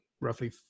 roughly